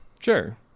Sure